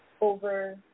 over